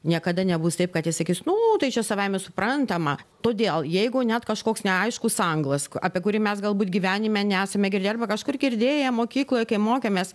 niekada nebus taip kad jis sakys nu tai čia savaime suprantama todėl jeigu net kažkoks neaiškus anglas apie kurį mes galbūt gyvenime nesame girdėję arba kažkur girdėję mokykloj kai mokėmės